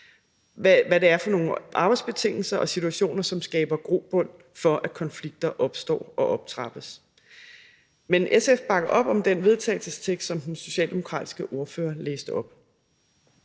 hvad det er for nogle arbejdsbetingelser og -situationer, som skaber grobund for, at konflikter opstår og optrappes. Men SF bakker op om den vedtagelsestekst, som den socialdemokratiske ordfører læste op.